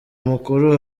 mukuru